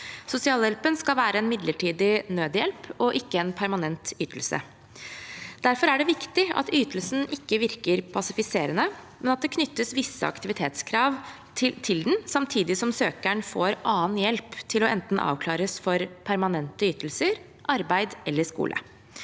Sosialhjelpen skal være en midlertidig nødhjelp og ikke en permanent ytelse. Derfor er det viktig at ytelsen ikke virker passiviserende, men at det knyttes visse aktivitetskrav til den, samtidig som søkeren får annen hjelp til å avklares for enten permanente ytelser, arbeid eller skole.